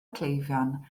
cleifion